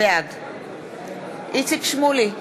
בעד איציק שמולי,